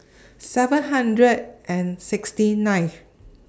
seven hundred and sixty ninth